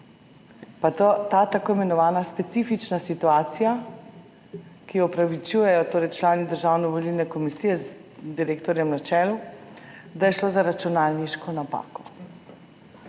pa ta tako imenovana specifična situacija, ki jo upravičujejo člani Državne volilne komisije z direktorjem na čelu, da je šlo za računalniško napako.